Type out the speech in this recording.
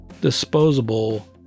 disposable